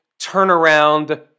turnaround